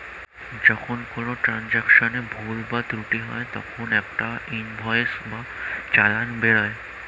যখন কোনো ট্রান্জাকশনে ভুল বা ত্রুটি হয় তখন একটা ইনভয়েস বা চালান বেরোয়